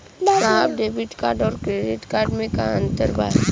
साहब debit card और credit card में का अंतर बा?